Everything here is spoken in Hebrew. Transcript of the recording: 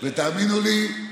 תאמינו לי,